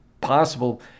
possible